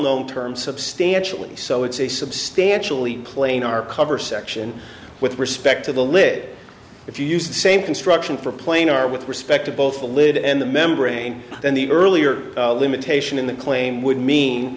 known term substantially so it's a substantially plain our cover section with respect to the lid if you use the same construction for plane are with respect to both the lid and the membrane then the earlier limitation in the claim would mean